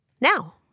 now